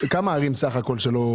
כמה ערים סך הכול שלא